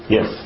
Yes